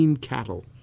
cattle